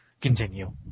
Continue